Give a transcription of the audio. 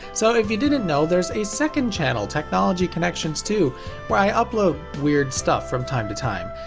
so if you didn't know, there's a second channel technology connections two where i upload weird stuff from time to time.